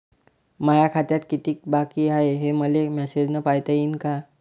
माया खात्यात कितीक बाकी हाय, हे मले मेसेजन पायता येईन का?